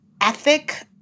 ethic